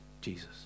Jesus